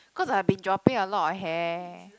cause I have been dropping a lot of hair